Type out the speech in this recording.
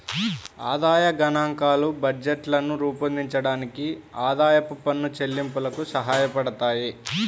ఆదాయ గణాంకాలు బడ్జెట్లను రూపొందించడానికి, ఆదాయపు పన్ను చెల్లింపులకు సహాయపడతాయి